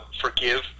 forgive